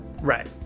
Right